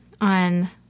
on